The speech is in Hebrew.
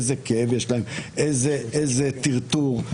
איזה כאב יש להם, איזה טרטור.